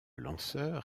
lanceur